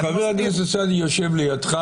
חבר הכנסת סעדי יושב לידך